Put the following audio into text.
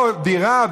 או דירה,